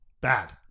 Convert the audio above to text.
bad